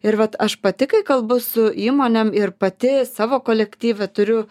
ir vat aš pati kai kalbu su įmonėm ir pati savo kolektyve turiu